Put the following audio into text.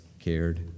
cared